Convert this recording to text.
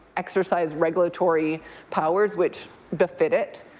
exercise regulatory powers, which befit it,